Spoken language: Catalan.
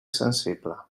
sensible